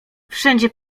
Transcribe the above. wszędzie